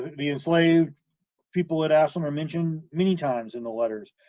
the, the enslaved people at ashland are mentioned many times in the letters.